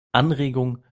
anregung